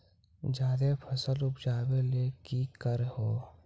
जादे फसल उपजाबे ले की कर हो?